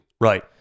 Right